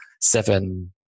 seven